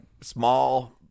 small